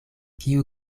kiu